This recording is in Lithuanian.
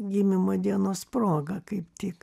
gimimo dienos proga kaip tik